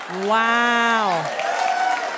Wow